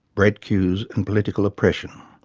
bread queues and political oppression.